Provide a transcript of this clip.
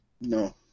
No